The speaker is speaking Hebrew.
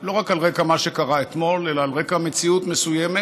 לא רק על רקע מה שקרה אתמול אלא על רקע מציאות מסוימת,